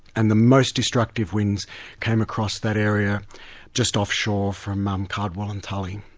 and the most destructive winds came across that area just offshore from um cardwell and tully.